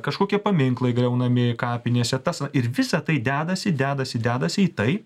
kažkokie paminklai griaunami kapinėse tas va ir visa tai dedasi dedasi dedasi į tai